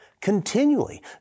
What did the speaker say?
Continually